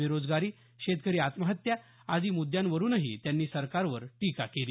बेरोजगारी शेतकरी आत्महत्या आदी मुद्यांवरुनही त्यांनी सरकारवर टीका केली